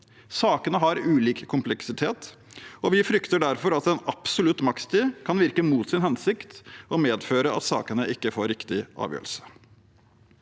Sakene har ulik kompleksitet, og vi frykter derfor at en absolutt makstid kan virke mot sin hensikt og medføre at sakene ikke får riktig avgjørelse.